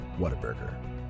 Whataburger